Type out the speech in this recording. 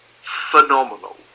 phenomenal